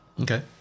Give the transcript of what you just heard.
Okay